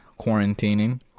quarantining